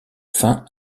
fin